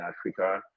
africa